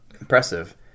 impressive